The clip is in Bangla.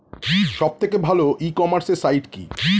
সব থেকে ভালো ই কমার্সে সাইট কী?